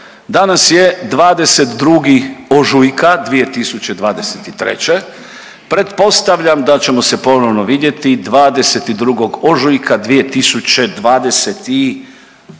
danas je 22. ožujka 2023. pretpostavljam da ćemo se ponovno vidjeti 22. ožujka 2026.